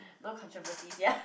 no controversy ya